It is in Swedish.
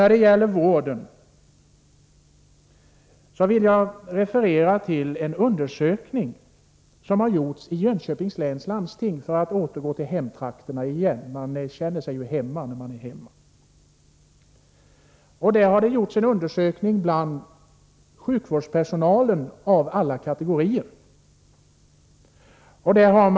När det gäller vården vill jag referera till en undersökning som gjorts i Jönköpings läns landsting — för att återgå till hemtrakterna, för man känner sig ju hemma där man är hemma. Det har gjorts en undersökning bland sjukvårdspersonalen av alla kategorier.